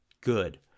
good